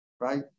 right